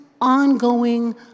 ongoing